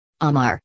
Amar